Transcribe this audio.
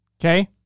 Okay